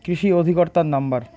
কৃষি অধিকর্তার নাম্বার?